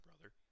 brother